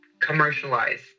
commercialize